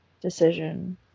decision